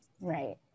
Right